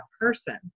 person